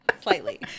slightly